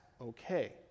okay